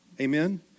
Amen